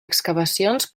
excavacions